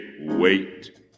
wait